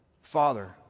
Father